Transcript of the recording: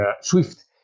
Swift